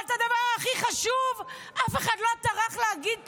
אבל את הדבר הכי חשוב אף אחד לא טרח להגיד פה.